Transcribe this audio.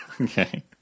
Okay